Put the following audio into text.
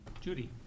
Judy